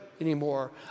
anymore